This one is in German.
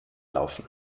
laufen